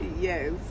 Yes